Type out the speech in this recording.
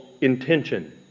intention